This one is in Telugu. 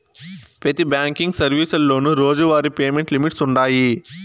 పెతి బ్యాంకింగ్ సర్వీసులోనూ రోజువారీ పేమెంట్ లిమిట్స్ వుండాయి